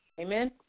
Amen